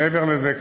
מעבר לזה,